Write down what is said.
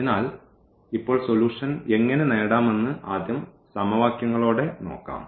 അതിനാൽ ഇപ്പോൾ സൊലൂഷൻ എങ്ങനെ നേടാമെന്ന് ആദ്യം സമവാക്യങ്ങളോടെ നോക്കാം